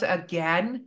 again